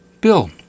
Bill